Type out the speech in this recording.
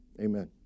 Amen